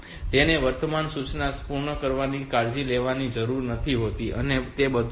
તેથી તેને વર્તમાન સૂચના પૂર્ણ કરવાની કાળજી લેવાની જરૂર નથી હોતી અને તે બધું